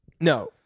No